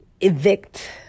evict